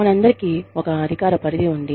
మనందరికీ ఒక అధికార పరిధి ఉంది